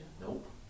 Nope